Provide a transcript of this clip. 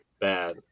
bad